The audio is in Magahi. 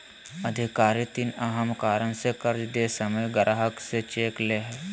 अधिकारी तीन अहम कारण से कर्ज दे समय ग्राहक से चेक ले हइ